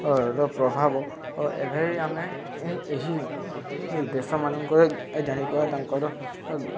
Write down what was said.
ର ପ୍ରଭାବ ଏଭେ ଆମେ ଏହି ଦେଶମାନଙ୍କରେ ଜାଣିବା ତାଙ୍କର